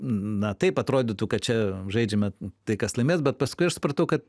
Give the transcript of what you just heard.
na taip atrodytų kad čia žaidžiame tai kas laimės bet paskui aš supratau kad